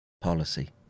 policy